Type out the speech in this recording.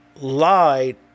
lied